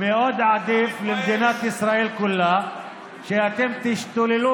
מאוד עדיף למדינת ישראל כולה שאתם תשתוללו